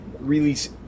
release